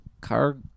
Car